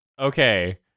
okay